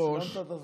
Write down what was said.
סיימת את הזמן.